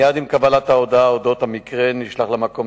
מייד עם קבלת ההודעה על-אודות המקרה נשלח למקום